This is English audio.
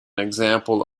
example